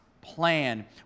plan